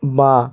বাঁ